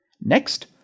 Next